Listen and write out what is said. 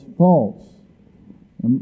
false